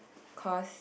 cause